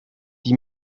die